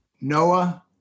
Noah